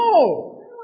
No